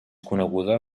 coneguda